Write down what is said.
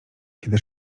kiedy